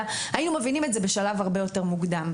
בבית הספר היינו מבינים את זה בשלב הרבה יותר מוקדם.